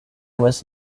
was